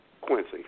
Quincy